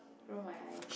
roll my eyes